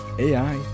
AI